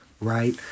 right